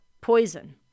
poison